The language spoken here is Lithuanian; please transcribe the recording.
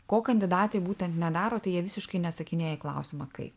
ko kandidatai būtent nedaro tai jie visiškai neatsakinėja į klausimą kaip